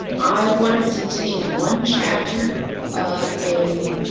i wanted to take one chapter of a